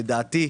לדעתי,